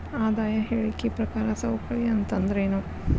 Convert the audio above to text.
ಆದಾಯ ಹೇಳಿಕಿ ಪ್ರಕಾರ ಸವಕಳಿ ಅಂತಂದ್ರೇನು?